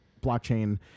blockchain